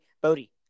Bodie